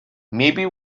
maybe